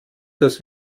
das